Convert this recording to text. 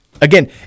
Again